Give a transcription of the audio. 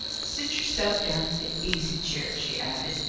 sit yourself down in the easy-chair, she added,